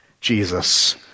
Jesus